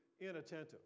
inattentive